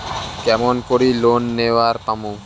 কেমন করি লোন নেওয়ার পামু?